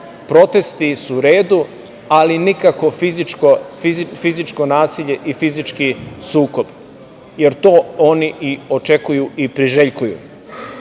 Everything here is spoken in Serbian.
protesti su u redu, ali nikao fizičko nasilje i fizički sukob, jer to oni i očekuju i priželjkuju. Svoje